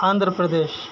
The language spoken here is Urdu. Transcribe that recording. آندھر پردیش